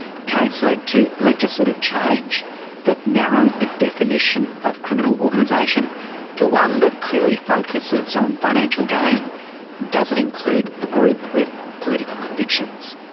the case led to legislative change that narrowed the definition of criminal organisation to one that clearly focuses on financial gain and doesn't include a group with political convictions.